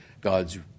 God's